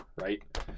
right